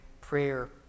prayer